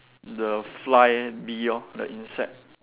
the fly bee lor the insect